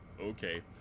okay